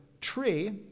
tree